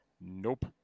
Nope